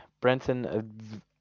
Brenton